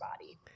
body